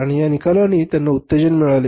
आणि या निकालांनी त्याला उत्तेजन मिळाले